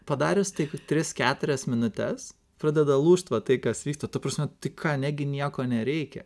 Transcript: padarius taip tris keturias minutes pradeda lūžt va tai kas vyksta ta prasme tai ką negi nieko nereikia